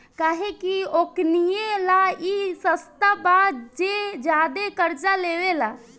काहे कि ओकनीये ला ई सस्ता बा जे ज्यादे कर्जा लेवेला